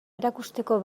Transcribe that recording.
erakusteko